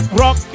rock